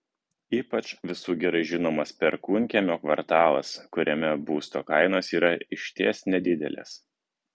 ypač visų gerai žinomas perkūnkiemio kvartalas kuriame būsto kainos yra išties nedidelės